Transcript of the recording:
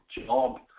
job